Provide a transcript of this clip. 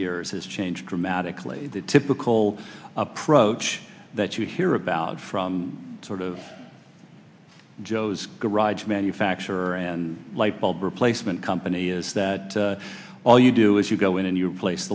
years has changed dramatically the typical approach that you hear about from sort of joe's garage manufacture and light bulb replacement company is that all you do is you go in and you replace